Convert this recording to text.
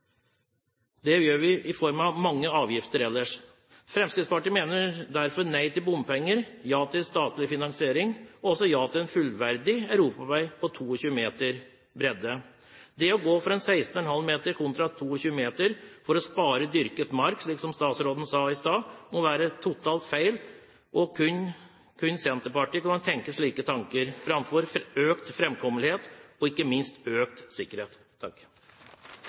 Det gjør vi i form av mange avgifter ellers. Fremskrittspartiet mener derfor: Nei til bompenger, ja til statlig finansiering, og også ja til en fullverdig europavei med en bredde på 22 meter. Det å gå fra 16,5 meter til 22 meter for å spare dyrket mark – slik som statsråden sa i stad – framfor økt framkommelighet og ikke minst økt sikkerhet, må være totalt feil. Kun Senterpartiet kan tenke slike tanker.